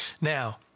Now